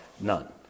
none